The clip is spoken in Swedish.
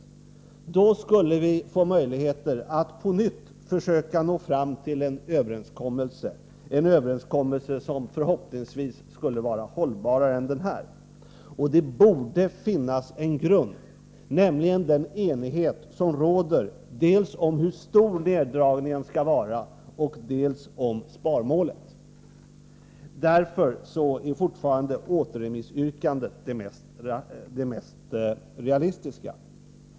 Då skulle vi få möjligheter att på nytt försöka nå fram till en överenskommelse — som förhoppningsvis skulle vara mer hållbar än denna. Det borde finnas en grund — nämligen den enighet som råder dels om hur stor neddragningen skall vara, dels om sparmålet. Därför är fortfarande återremissyrkandet det mest realistiska.